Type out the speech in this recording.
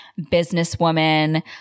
businesswoman